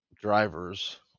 drivers